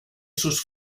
sus